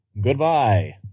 goodbye